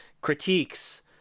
critiques